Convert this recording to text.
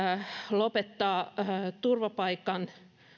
lopettaa turvapaikan